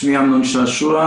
שמי אמנון שעשוע.